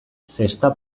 zesta